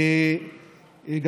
אז צריך גם בבתי החולים.